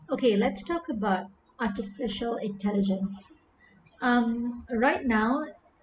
okay let's talk about artificial intelligence um right now